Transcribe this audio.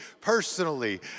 personally